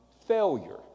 failure